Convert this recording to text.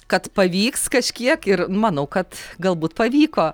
kad pavyks kažkiek ir manau kad galbūt pavyko